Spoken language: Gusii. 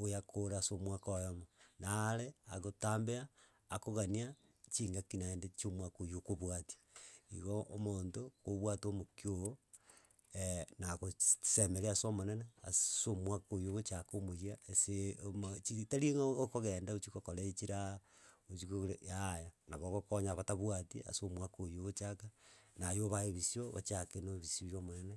oyakore ase omwaka oyomo, nare agotambea akogania chingaki naende chia omwaka oyo okobwatia igo omonto, kobwate omokio oo nagochist semeria ase omonene ase omwaka oywo ogochaka omoyia aseee oma chigi tari ng'a okogenda ochie gokora echiraa ochie kogora yaya nabo ogokonya batabwati ase omwaka oywo ogochaka naye obae ebisio ochake na ebisio bia omonene.